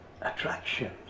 attraction